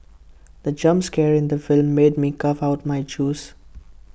the jump scare in the film made me cough out my juice